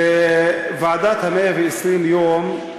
"צוות 120 הימים"